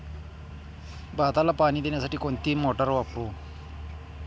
भाताला पाणी देण्यासाठी कोणती मोटार वापरू?